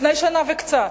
לפני שנה וקצת,